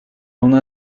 una